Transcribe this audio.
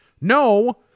No